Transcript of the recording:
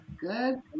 Good